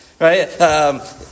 Right